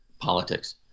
politics